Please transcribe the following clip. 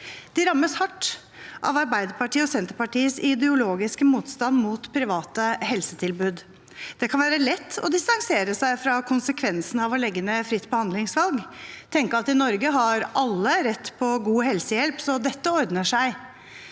De rammes hardt av Arbeiderpartiet og Senterpartiets ideologiske motstand mot private helsetilbud. Det kan være lett å distansere seg fra konsekvensene av å legge ned fritt behandlingsvalg – tenke at i Norge har alle rett på god helsehjelp, så dette ordner seg.